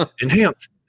Enhance